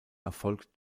erfolgt